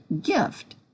gift